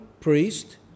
priest